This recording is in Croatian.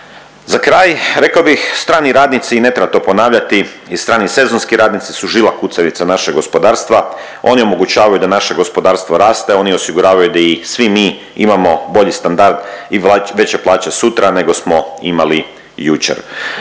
Za kraj rekao bih strani radnici i ne treba to ponavljati i strani sezonski radnici su žila kucavica našeg gospodarstva, oni omogućavaju da naše gospodarstvo raste, oni osiguravaju da i svi mi imamo bolji standard i veće plaće sutra nego smo imali jučer.